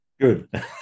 Good